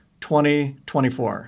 2024